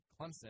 Clemson